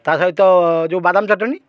ତା'ସହିତ ଯେଉଁ ବାଦାମ ଚଟଣୀ